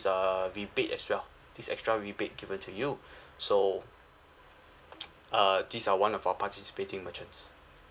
uh rebate as well this extra rebate given to you so uh these are one of our participating merchants